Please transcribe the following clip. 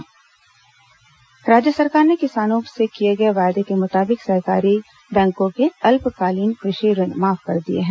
कृषि ऋण माफ राज्य सरकार ने किसानों से किए गए वायदे के मुताबिक सहकारी बैंकों के अल्पकालीन क्रषि ऋण माफ कर दिए हैं